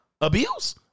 abuse